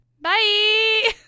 Bye